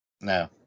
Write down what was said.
No